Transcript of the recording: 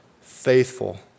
faithful